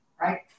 right